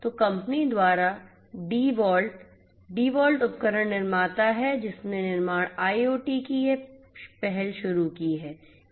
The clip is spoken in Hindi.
तो कंपनी द्वारा DeWalt DeWalt उपकरण निर्माता है जिसने निर्माण IoT की यह पहल शुरू की है